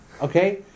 Okay